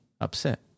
upset